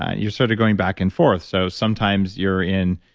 you're sort of going back and forth. so, sometimes you're in,